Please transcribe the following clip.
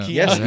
yes